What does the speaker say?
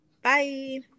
Bye